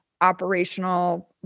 operational